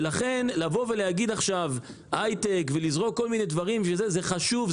לכן להגיד עכשיו "הייטק" ולזרוק כל מיני דברים זה חשוב,